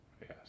Yes